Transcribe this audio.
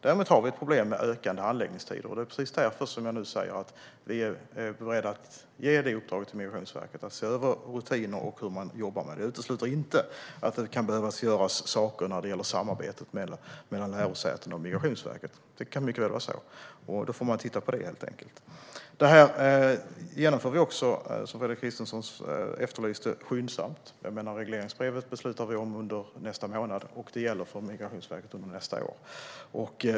Däremot har vi ett problem med längre handläggningstider. Det är därför jag just sa att vi är beredda att ge Migrationsverket i uppdrag att se över rutiner och hur man där jobbar med detta. Det utesluter inte att något ytterligare behöver göras vad gäller samarbetet mellan lärosätena och Migrationsverket. Det kan mycket väl behövas, och då får vi helt enkelt titta på det. Fredrik Christensson efterlyste att vi ska göra detta skyndsamt, och det gör vi. Regleringsbrevet fattar vi beslut om nästa månad, och det kommer att gälla för Migrationsverket under nästa år.